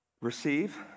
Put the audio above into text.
receive